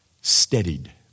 steadied